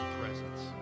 presence